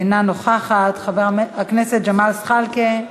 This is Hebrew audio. אינה נוכחת, חבר הכנסת ג'מאל זחאלקה,